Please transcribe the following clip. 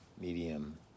medium